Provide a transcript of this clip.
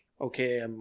Okay